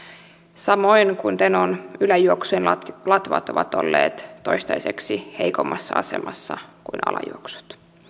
samoin kuin tenon yläjuoksun latvat ovat olleet toistaiseksi heikommassa asemassa kuin alajuoksu